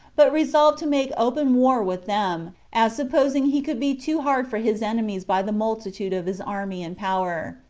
but resolved to make open war with them, as supposing he could be too hard for his enemies by the multitude of his army and power.